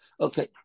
Okay